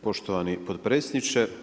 Poštovani potpredsjedniče.